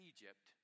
Egypt